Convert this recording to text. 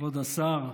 כבוד השר,